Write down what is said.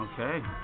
Okay